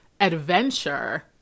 adventure